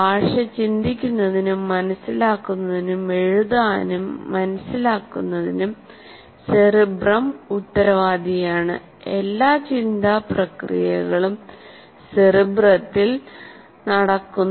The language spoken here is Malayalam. ഭാഷ ചിന്തിക്കുന്നതിനും മനസ്സിലാക്കുന്നതിനും എഴുതാനും മനസ്സിലാക്കുന്നതിനും സെറിബ്രം ഉത്തരവാദിയാണ് എല്ലാ ചിന്താ പ്രക്രിയകളും സെറിബ്രത്തിൽ നടക്കുന്നു